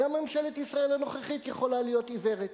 גם ממשלת ישראל הנוכחית יכולה להיות עיוורת.